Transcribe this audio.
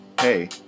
hey